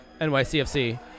NYCFC